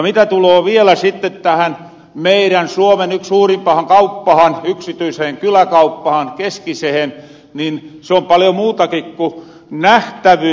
mitä tuloo vielä sitten tähän meirän suomen yhteen suurimpahan kauppahan yksityiseen kyläkauppahan keskisehen niin se on paljo muutaki ku nähtävyys